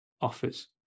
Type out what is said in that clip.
offers